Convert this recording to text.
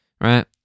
right